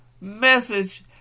message